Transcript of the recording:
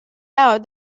out